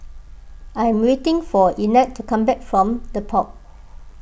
I am waiting for Ignatz to come back from the Pod